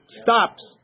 stops